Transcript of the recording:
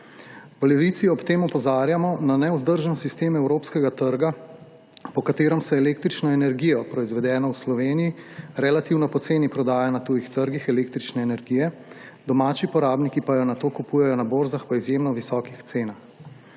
V Levici ob tem opozarjamo na nevzdržen sistem evropskega trga, po katerem se električno energijo, proizvedeno v Sloveniji, relativno poceni prodaja na tujih trgih električne energije, domači porabniki pa jo nato kupujejo na borzah po izjemno visokih cenah.